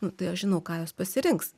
nu tai aš žinau ką jos pasirinks